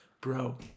Bro